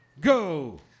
Go